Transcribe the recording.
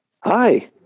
Hi